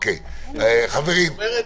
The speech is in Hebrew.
חברים,